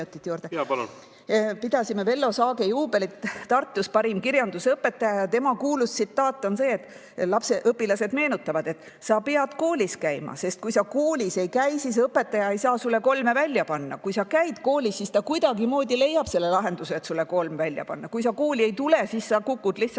Pidasime Vello Saage, parima kirjandusõpetaja juubelit Tartus. Tal on kuulus tsitaat, mida õpilased meenutavad: "Sa pead koolis käima. Kui sa koolis ei käi, siis õpetaja ei saa sulle kolme välja panna. Kui sa käid koolis, siis ta kuidagimoodi leiab selle lahenduse, et sulle kolm välja panna. Kui sa kooli ei tule, siis sa kukud lihtsalt